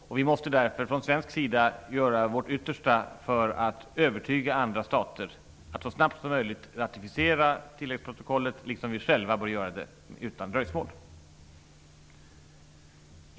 Från svensk sida måste vi därför göra vårt yttersta för att övertyga andra stater att så snabbt som möjligt ratificera tilläggsprotokollet, liksom vi själva bör göra det utan dröjsmål.